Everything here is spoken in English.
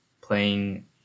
playing